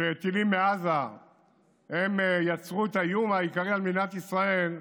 שטילים מעזה יצרו את האיום העיקרי על מדינת ישראל,